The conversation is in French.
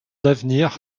d’avenir